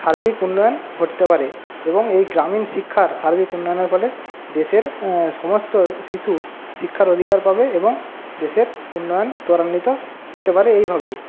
সার্বিক উন্নয়ন ঘটতে পারে এবং এই গ্রামীণ শিক্ষার সার্বিক উন্নয়নের ফলে দেশের সমস্ত শিশু শিক্ষার অধিকার পাবে এবং দেশের উন্নয়ন ত্বরান্বিত হতে পারে এইভাবেই